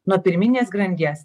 nuo pirminės grandies